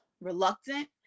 reluctant